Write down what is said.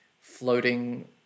floating